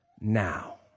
now